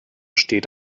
steht